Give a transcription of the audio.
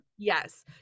yes